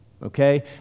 Okay